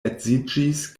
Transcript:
edziĝis